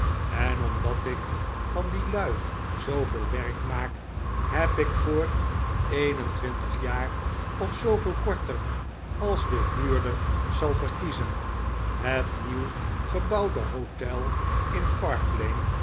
en lomdat ik van die lui zooyeel werk maak heb ik voor een en twintig jaar of zooveel ikorter als de huurder zal verkiezen het inieuw gebouwde hotel in